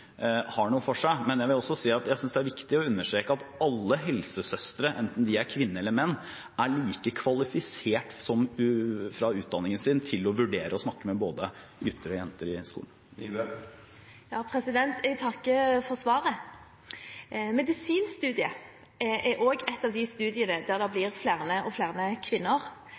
har noe for seg. Men jeg vil også si at jeg synes det er viktig å understreke at alle helsesøstre, enten de er kvinner eller menn, er like kvalifisert fra utdanningen sin til å vurdere og snakke med både gutter og jenter i skolen. Jeg takker for svaret. Medisinstudiet er også et av de studiene der det blir flere og flere kvinner,